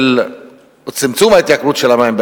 או צמצום ההתייקרות של המים,